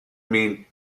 mean